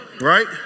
right